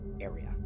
area